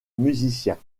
musiciens